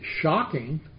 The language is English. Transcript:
shocking